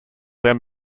then